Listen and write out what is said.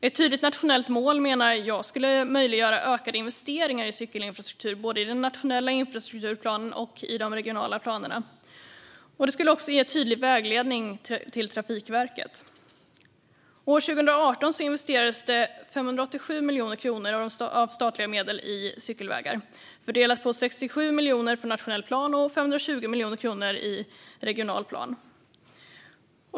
Ett tydligt nationellt mål menar jag skulle möjliggöra ökade investeringar i cykelinfrastruktur både i den nationella infrastrukturplanen och i de regionala planerna. Det skulle också ge tydlig vägledning till Trafikverket. År 2018 investerades det 587 miljoner kronor av statliga medel i cykelvägar, fördelat på 67 miljoner i nationell plan och 520 miljoner i regional plan.